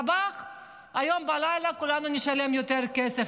היום בלילה כולנו נשלם יותר כסף,